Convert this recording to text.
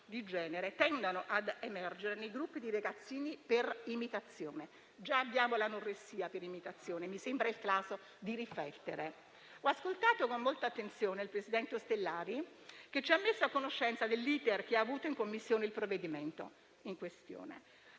di genere tendano a emergere nei gruppi di ragazzini per imitazione: già abbiamo l'anoressia per imitazione, mi sembra il caso di riflettere. Ho ascoltato con molta attenzione il presidente Ostellari, che ci ha messo a conoscenza dell'*iter* che il provvedimento ha avuto